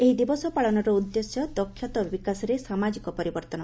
ଏହି ଦିବସ ପାଳନର ଉଦ୍ଦେଶ୍ୟ ଦକ୍ଷତା ବିକାଶରେ ସାମାଜିକ ପରିବର୍ଭନ